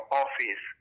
office